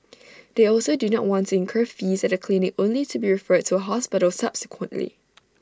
they also do not want to incur fees at A clinic only to be referred to A hospital subsequently